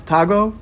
Tago